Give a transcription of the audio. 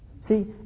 See